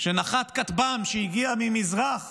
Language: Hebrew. שנחת כטב"ם שהגיע ממזרח